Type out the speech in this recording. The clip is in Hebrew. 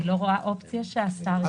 אני לא רואה אופציה שהשר לא יפרסם.